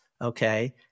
okay